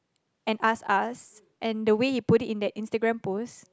and asked us and the way he put it in that instagram post